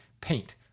paint